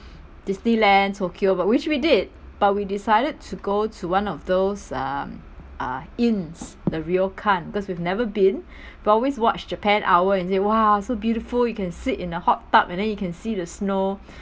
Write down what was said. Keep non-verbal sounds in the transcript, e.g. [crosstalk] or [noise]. [breath] Disneyland tokyo but which we did but we decided to go to one of those um uh inns the ryokan because we've never been [breath] but always watch japan hour is it !wah! so beautiful you can sit in the hot tub and then you can see the snow [breath]